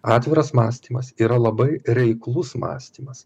atviras mąstymas yra labai reiklus mąstymas